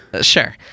Sure